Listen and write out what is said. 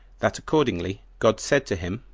that accordingly god said to him,